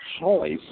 choice